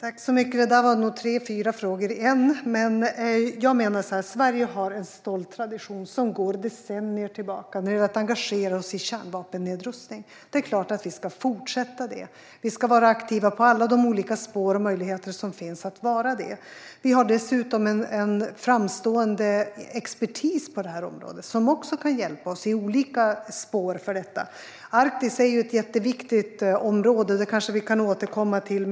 Herr talman! Det där var nog tre fyra frågor i en. Jag menar att Sverige har en stolt tradition som går decennier tillbaka när det gäller att engagera oss i kärnvapennedrustning. Det är klart att vi ska fortsätta med det. Vi ska vara aktiva på alla de olika spår och möjligheter där vi kan vara det. Vi har dessutom en framstående expertis på detta område, som också kan hjälpa oss i olika spår för detta. Arktis är ett jätteviktigt område. Det kanske vi kan återkomma till.